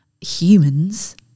humans